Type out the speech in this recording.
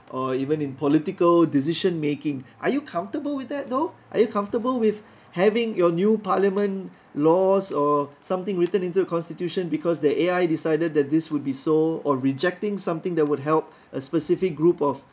or even in political decision making are you comfortable with that though are you comfortable with having your new parliament laws or something written into the constitution because the A_I decided that this would be so or rejecting something that would help a specific group of